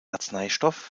arzneistoff